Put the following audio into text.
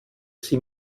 sie